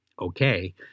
okay